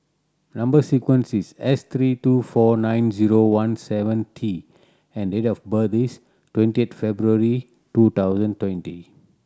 number sequence is S three two four nine zero one seven T and date of birth is twenty February two thousand twenty